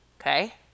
okay